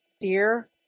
dear